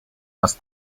must